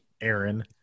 Aaron